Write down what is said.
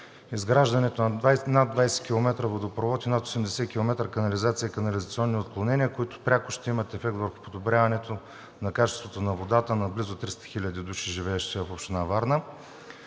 изграждането на над 20 км водопровод и над 80 км канализация и канализационни отклонения, които пряко ще имат ефект върху подобряването на качеството на водата на близо 300 хиляди души, живеещи в община Варна.